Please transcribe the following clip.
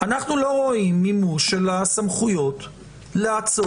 אנחנו לא רואים מימוש של הסמכויות לעצור,